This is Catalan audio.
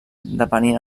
depenien